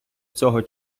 цього